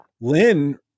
Lynn